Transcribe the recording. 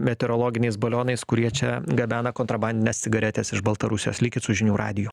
meteorologiniais balionais kurie čia gabena kontrabandines cigaretes iš baltarusijos likit su žinių radiju